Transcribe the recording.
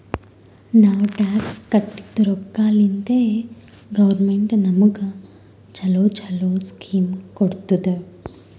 ನಾವ್ ಟ್ಯಾಕ್ಸ್ ಕಟ್ಟಿದ್ ರೊಕ್ಕಾಲಿಂತೆ ಗೌರ್ಮೆಂಟ್ ನಮುಗ ಛಲೋ ಛಲೋ ಸ್ಕೀಮ್ ಕೊಡ್ತುದ್